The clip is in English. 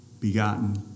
begotten